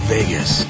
Vegas